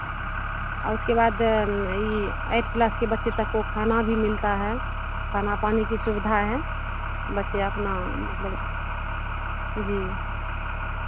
आ उसके बाद ई एट क्लास के बच्चे तक को खाना भी मिलता है खाना पानी की सुविधा है बच्चे अपना मतलब जी